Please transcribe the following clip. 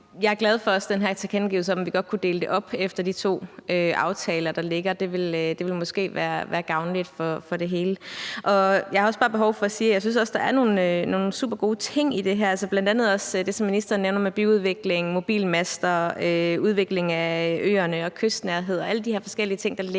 også glad for den her tilkendegivelse om, at vi godt kunne dele det op efter de to aftaler, der ligger. Det ville måske være gavnligt for det hele. Jeg har også bare behov for at sige, at jeg synes, at der er nogle supergode ting i det her, bl.a. også det, som ministeren nævner, med byudviklingen, mobilmaster, udvikling af øerne og kystnærhed